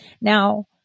Now